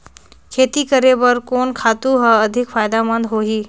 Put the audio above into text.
खेती करे बर कोन खातु हर अधिक फायदामंद होही?